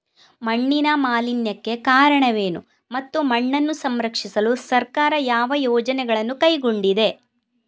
ಮಣ್ಣಿನ ಮಾಲಿನ್ಯಕ್ಕೆ ಕಾರಣವೇನು ಮತ್ತು ಮಣ್ಣನ್ನು ಸಂರಕ್ಷಿಸಲು ಸರ್ಕಾರ ಯಾವ ಯೋಜನೆಗಳನ್ನು ಕೈಗೊಂಡಿದೆ?